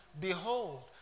behold